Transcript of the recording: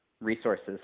resources